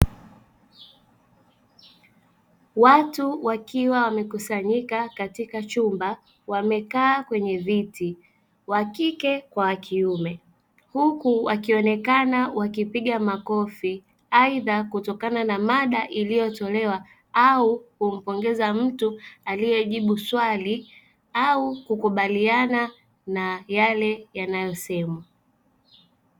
Watu wakiwa wamekusanyika katika chumba wamekaa kwenye viti, wa kike kwa kiume, huku akionekana wakipiga makofi, aidha kutokana na mada iliyotolewa, kumpongeza mtu aliyejibu swali au kukubaliana na yale yanayosemwa.